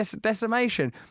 decimation